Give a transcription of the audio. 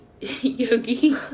yogi